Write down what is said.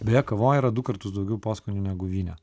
beje kavoj yra du kartus daugiau poskonių negu vyne